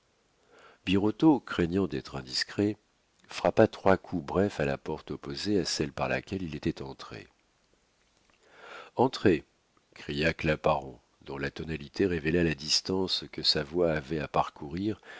craignant d'être indiscret frappa trois coups brefs à la porte opposée à celle par laquelle il était entré entrez cria claparon dont la tonalité révéla la distance que sa voix avait à parcourir